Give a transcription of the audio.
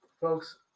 folks